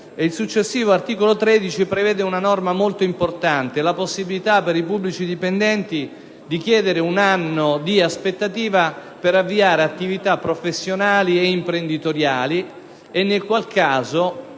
il successivo articolo 13 prevede una norma molto importante in ordine alla possibilità per i pubblici dipendenti di chiedere un anno di aspettativa per avviare attività professionali e imprenditoriali. In tale caso